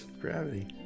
gravity